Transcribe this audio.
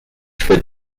for